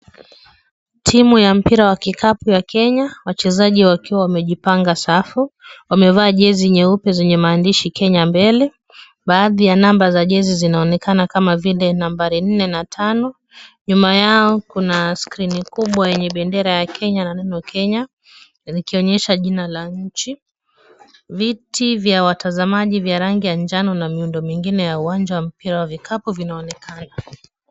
Timu ya mpira wa kikapu ya Kenya. Wachezaji wakiwa wamejipanga safu. Wamevaa jezi nyeupe zenye maandishi Kenya mbele. Baadhi ya namba za jezi zinaonekana kama vile nambari nne na tano. Nyuma yao kuna skrini kubwa yenye bendera ya Kenya na neno Kenya likionyesha jina la nchi. Viti vya watazamaji vya rangi ya njano na miundo mingine ya uwanja wa mpira wa vikapu vinaonekana.